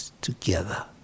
together